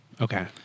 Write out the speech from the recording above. Okay